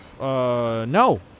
no